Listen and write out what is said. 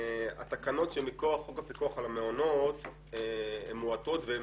התקנות שמכוח חוק הפיקוח על המעונות הן מועטות והן